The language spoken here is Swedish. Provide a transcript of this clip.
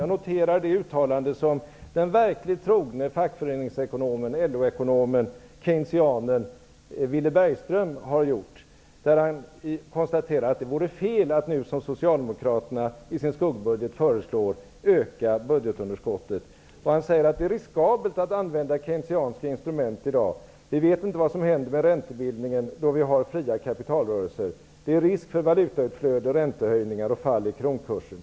Jag noterar det uttalande som den verkligt trogne fackföreningsekonomen, LO ekonomen, keynesianen Willy Bergström har gjort. Han konstaterar att det vore fel att, som Socialdemokraterna föreslår i sin skuggbudget, öka budgetunderskottet. Han säger att det är riskabelt att använda keynenianska instrument i dag. Vi vet inte vad som händer med räntebildningen då vi har fria kapitalrörelser. Det är risk för valutautflöde, räntehöjningar och fall i kronkursen.